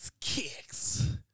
kicks